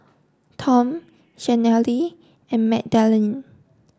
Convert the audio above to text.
Tom Shanelle and Magdalen